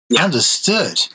Understood